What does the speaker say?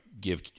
give